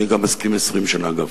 אני גם מסכים 20 שנה, אגב.